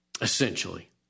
essentially